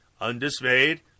undismayed